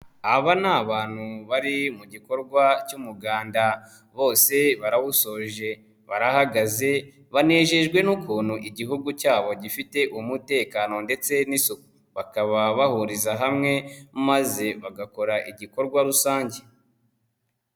Aba ni abantu bari mu gikorwa cy'umuganda bose barawusoje barahagaze, banejejwe n'ukuntu igihugu cyabo gifite umutekano, ndetse n'isuku bakaba bahuriza hamwe maze bagakora igikorwa rusange.